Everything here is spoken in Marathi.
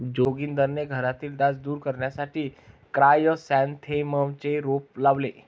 जोगिंदरने घरातील डास दूर करण्यासाठी क्रायसॅन्थेममचे रोप लावले